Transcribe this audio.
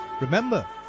remember